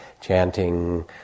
chanting